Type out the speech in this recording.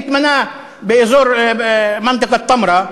התמנה באזור כפר-מנדא תמרה,